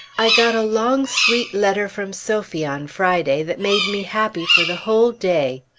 i got a long sweet letter from sophie on friday that made me happy for the whole day.